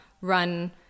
run